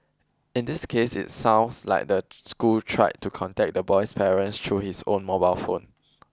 in this case it sounds like the school tried to contact the boy's parents through his own mobile phone